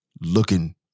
looking